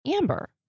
Amber